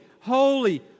holy